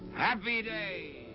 happy days!